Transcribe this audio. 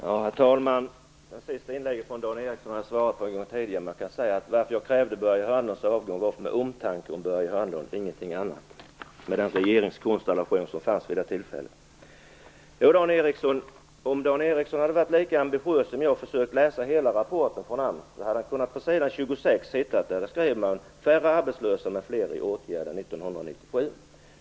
Herr talman! De flesta frågorna i Dan Ericssons inlägg har jag svarat på tidigare. Att jag krävde Börje Hörnlunds avgång var av omtanke om Börje Hörnlund och ingenting annat, med tanke på den regeringskonstellation som var vid det tillfället. Om Dan Ericsson hade varit lika ambitiös som jag och hade läst hela rapporten från AMS hade han på s. 26 kunnat läsa följande: Färre arbetslösa och fler i åtgärder 1997.